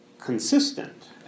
consistent